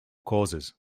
causes